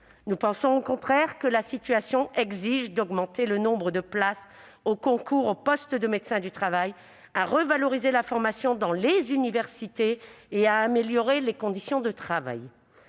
Nous pensons, au contraire, que la situation exige d'augmenter le nombre de places au concours des médecins du travail, à revaloriser la formation dans les universités et à améliorer les conditions de travail.